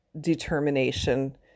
determination